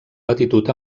latitud